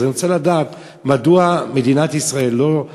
אז אני רוצה לדעת, מדוע מדינת ישראל, אזרחיה,